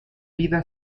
vida